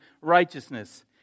righteousness